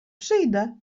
przyjdę